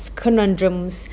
conundrums